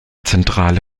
zentrale